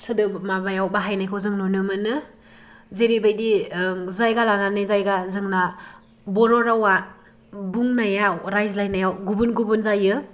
सोदोब माबायाव बाहायनायखौ जों नुनो मोनो जेरैबायदि जायगा लानानै जायगा जोंना बर' रावा बुंनायाव रायज्लायनायाव गुबुन गुबुन जायो